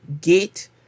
get